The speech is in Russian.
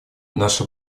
наша